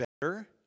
better